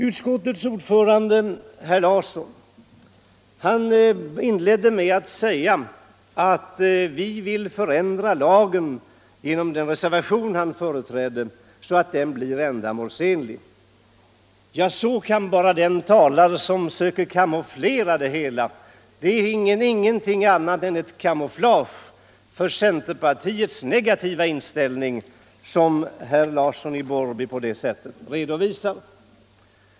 Utskottets ordförande, herr Larsson i Borrby, började med att säga: Vi vill förändra lagen så att den blir ändamålsenlig. Det är ingenting annat än ett kamouflage av centerpartiets negativa inställning som herr Larsson på det sättet redovisar.